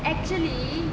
actually